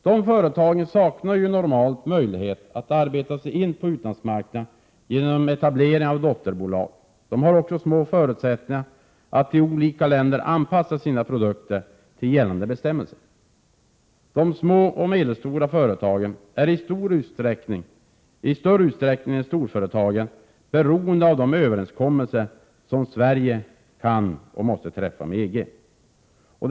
Dessa företag saknar normalt möjlighet att arbeta sig in på utlandsmarknaden genom etablering av dotterbolag. De har också små förutsättningar att i olika länder anpassa sin produktion till gällande bestämmelser. De små och medelstora företagen är i större utsträckning än storföretagen beroende av de överenskommelser som Sverige kan, och måste, träffa med EG.